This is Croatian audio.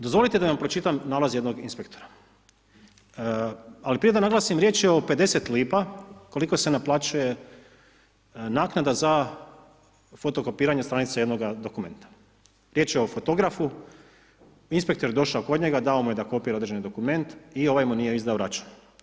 Dozvolite da vam pročitam nalaz jednog inspektora, ali prije da naglasim riječ je o 50 lipa koliko se naplaćuje naknada za fotokopiranje stranice jednoga dokumenta, riječ je o fotografu, inspektor je došao kod njega, dao mu je da kopira određeni dokument i ovaj mu nije izdao račun.